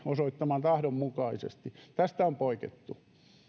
osoittaman tahdon mukaisesti tästä on poikettu